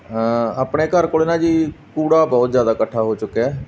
ਆਪਣੇ ਘਰ ਕੋਲ ਨਾ ਜੀ ਕੂੜਾ ਬਹੁਤ ਜ਼ਿਆਦਾ ਇਕੱਠਾ ਹੋ ਚੁੱਕਿਆ